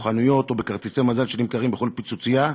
חנויות או בכרטיסי מזל שנמכרים בכל פיצוצייה,